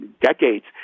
decades